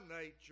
nature